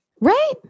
Right